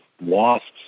wasps